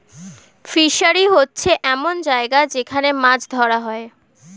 fishery হচ্ছে এমন জায়গা যেখান মাছ ধরা হয়